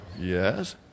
Yes